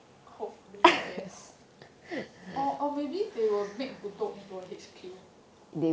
hopefully I guess or or maybe they will make bedok into a H_Q